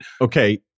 Okay